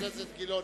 חבר הכנסת גילאון,